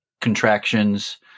contractions